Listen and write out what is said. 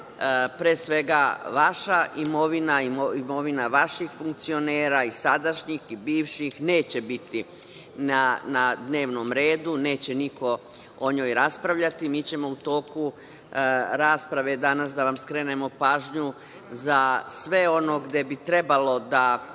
pre svega, vaša imovina, imovina vaših funkcionera i sadašnjih i bivših neće biti na dnevnom redu, neće niko o njoj raspravljati. Mi ćemo u toku rasprave danas da vam skrenemo pažnju za sve ono gde bi trebalo da,